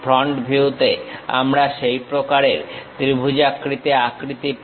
front ভিউতে আমরা সেই প্রকারের ত্রিভুজাকার আকৃতি হবে